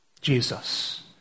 Jesus